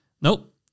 Nope